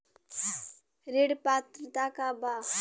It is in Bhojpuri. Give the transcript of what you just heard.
ऋण पात्रता का बा?